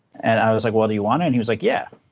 and i was like, well, do you want to? and he was like, yeah.